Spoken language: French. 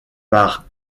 par